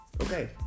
Okay